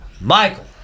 Michael